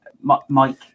mike